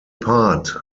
part